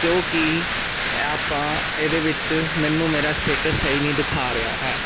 ਕਿਉਂਕਿ ਆਪਾਂ ਇਹਦੇ ਵਿੱਚ ਮੈਨੂੰ ਮੇਰਾ ਸਟੇਟਸ ਸਹੀ ਨਹੀਂ ਦਿਖਾ ਰਿਹਾ ਹੈ